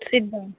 sit down